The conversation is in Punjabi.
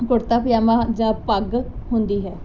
ਕੁੜਤਾ ਪਜ਼ਾਮਾ ਜਾਂ ਪੱਗ ਹੁੰਦੀ ਹੈ